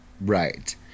Right